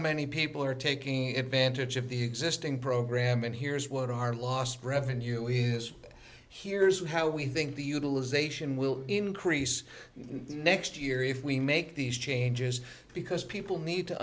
many people are taking advantage of the existing program and here's what our lost revenue is here's how we think the utilization will increase next year if we make these changes because people need to